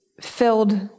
filled